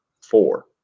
four